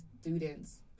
students